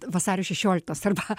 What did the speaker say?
vasario šešioliktos arba